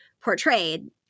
portrayed –